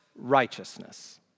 righteousness